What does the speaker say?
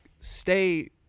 stay